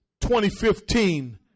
2015